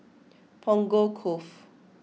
Punggol Cove